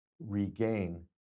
regain